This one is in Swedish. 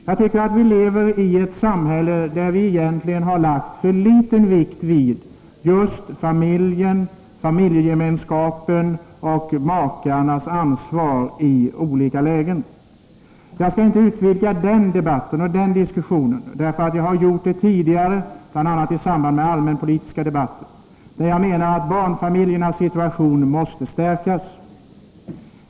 Jag tycker att vi lever i ett samhälle där vi egentligen har lagt för liten vikt vid just familjen, familjegemenskapen och makarnas ansvar i olika lägen. Jag skall inte utvidga den debatten och den diskussionen; jag har talat om den saken tidigare, bl.a. i samband med den allmänpolitiska debatten, då jag betonade att barnfamiljernas situation måste stärkas.